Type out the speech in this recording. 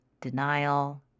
denial